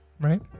Right